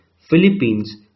Philippines